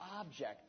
object